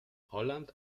holland